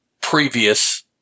previous